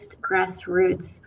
grassroots